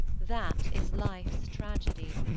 that is life's tragedy.